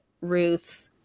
Ruth